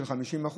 50%,